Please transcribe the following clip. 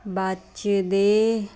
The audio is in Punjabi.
ਬਚਦੇ